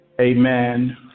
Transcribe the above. Amen